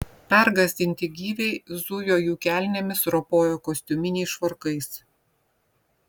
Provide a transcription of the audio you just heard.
pergąsdinti gyviai zujo jų kelnėmis ropojo kostiuminiais švarkais